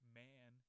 man